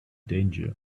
danger